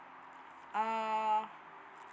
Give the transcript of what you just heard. uh